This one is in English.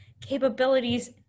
capabilities